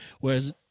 Whereas